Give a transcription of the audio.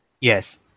yes